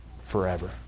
forever